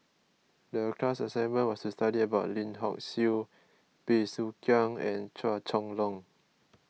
the class assignment was to study about Lim Hock Siew Bey Soo Khiang and Chua Chong Long